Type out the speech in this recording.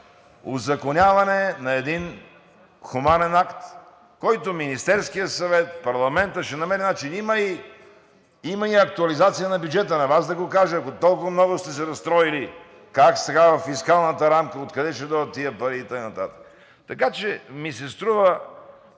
узаконяване на един хуманен акт, който Министерският съвет, парламентът, ще намерим начин. Има и актуализация на бюджета, на Вас да го кажа, ако толкова много сте се разстроили, как сега във фискалната рамка, откъде ще дойдат тези пари и така нататък. Това